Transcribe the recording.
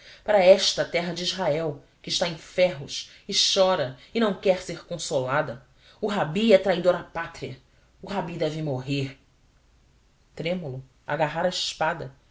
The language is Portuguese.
para esta terra de israel que está em ferros e chora e não quer ser consolada o rabi é traidor à pátria o rabi deve morrer trêmulo agarrara a espada